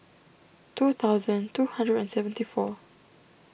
two thousand two hundred and seventy four